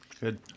Good